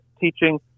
teaching